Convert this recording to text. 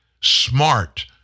smart